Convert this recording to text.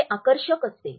हे आकर्षक असते